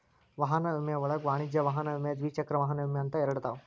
ವಾಹನ ವಿಮೆ ಒಳಗ ವಾಣಿಜ್ಯ ವಾಹನ ವಿಮೆ ದ್ವಿಚಕ್ರ ವಾಹನ ವಿಮೆ ಅಂತ ಎರಡದಾವ